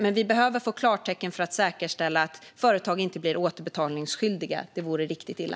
Men vi behöver få klartecken för att säkerställa att företag inte blir återbetalningsskyldiga. Det vore riktigt illa.